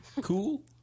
Cool